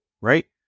right